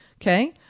Okay